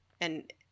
and-